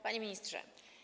Panie Ministrze!